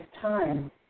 time